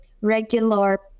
regular